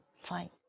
fine